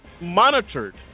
monitored